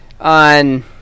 on